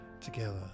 together